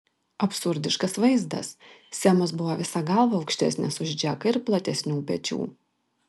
absurdiškas vaizdas semas buvo visa galva aukštesnis už džeką ir platesnių pečių